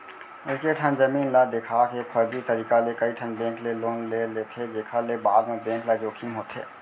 एकेठन जमीन ल देखा के फरजी तरीका ले कइठन बेंक ले लोन ले लेथे जेखर ले बाद म बेंक ल जोखिम होथे